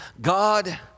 God